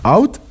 Out